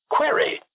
Query